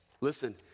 Listen